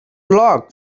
log